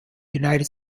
united